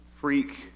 freak